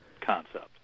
concept